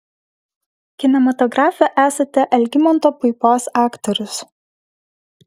kinematografe esate algimanto puipos aktorius